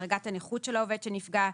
דרגת הנכות של העובד שנפגע,